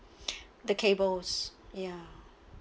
the cables ya